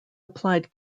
applied